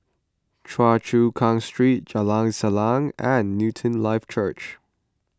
Choa Chu Kang Street Jalan Salang and Newton Life Church